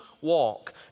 walk